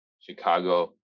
Chicago